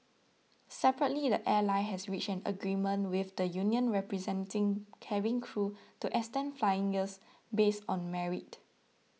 separately the airline has reached an agreement with the union representing cabin crew to extend flying years based on merit